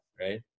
right